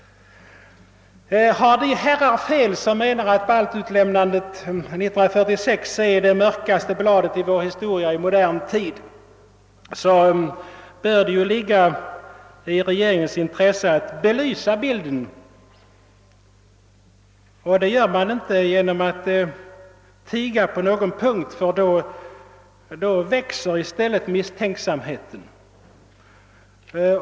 Har de herrar fel som menar, att baltutlämnandet 1946 är det mörkaste bladet i vår historia i modern tid, bör det ligga i regeringens intresse att belysa bilden av vad som då skedde. Det gör man inte genom att tiga på någon punkt, ty då växer i stället misstänksamheten.